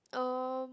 um